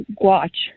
watch